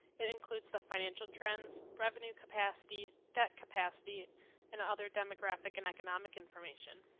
it includes the financial trends revenue capacity debt capacity and other demographic and economic information.